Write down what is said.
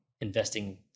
investing